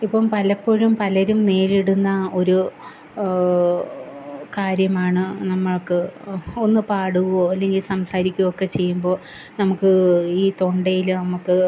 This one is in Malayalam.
ഇപ്പം പലപ്പോഴും പലരും നേരിടുന്ന ഒരു കാര്യമാണ് നമ്മൾക്ക് ഒന്ന് പാടുകയോ അല്ലെങ്കിൽ സംസാരിക്കുകയൊക്കെ ചെയ്യുമ്പോൾ നമുക്ക് ഈ തൊണ്ടയിൽ നമ്മൾക്ക്